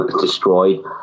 destroyed